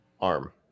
ARM